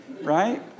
Right